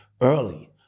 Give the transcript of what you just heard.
early